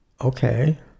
okay